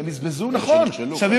נכון.